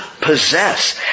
possess